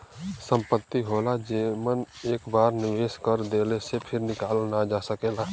संपत्ति होला जेमन एक बार निवेस कर देले से फिर निकालल ना जा सकेला